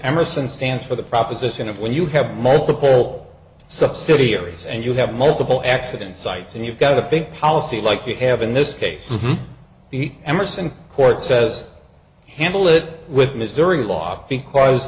emerson stands for the proposition of when you have multiple subsidiaries and you have multiple accidents sites and you've got a big policy like you have in this case the emerson court says handle it with missouri law because